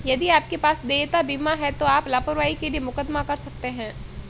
यदि आपके पास देयता बीमा है तो आप लापरवाही के लिए मुकदमा कर सकते हैं